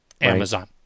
Amazon